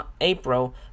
April